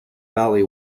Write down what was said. valley